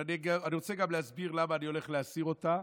אבל אני רוצה גם להסביר למה אני הולך להסיר אותה